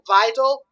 vital